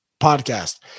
podcast